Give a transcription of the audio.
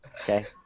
Okay